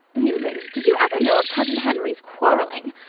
newland, did you ever know of cousin henry's quarrelling?